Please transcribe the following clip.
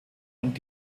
und